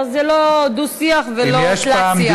אבל זה לא דו-שיח ולא תלת-שיח.